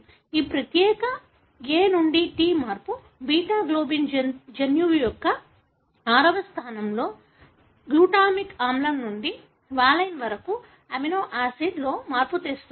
ఈ ప్రత్యేక A నుండి T మార్పు బీటా గ్లోబిన్ జన్యువు యొక్క 6 వ స్థానంలో గ్లూటామిక్ ఆమ్లం నుండి వాలైన్ వరకు అమినో ఆసిడ్లో మార్పును తెస్తుంది